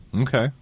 Okay